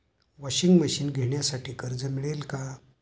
Washing machine घेण्यासाठी कर्ज मिळेल का?